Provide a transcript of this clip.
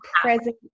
present